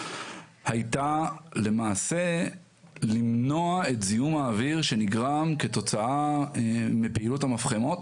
הייתה למעשה למנוע את זיהום האוויר שנגרם כתוצאה מפעילות המפחמות.